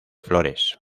flores